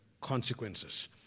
consequences